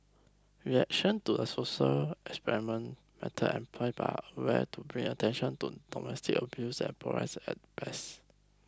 reaction to a social experiment method employed by Aware to bring attention to domestic abuse is polarised at best